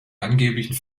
angeblichen